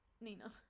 Nina